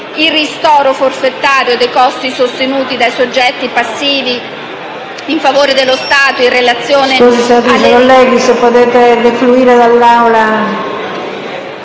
il ristoro forfettario dei costi sostenuti dai soggetti passivi, in favore dello Stato, in relazione